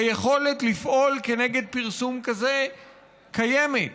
היכולת לפעול כנגד פרסום כזה קיימת,